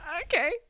okay